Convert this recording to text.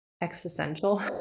existential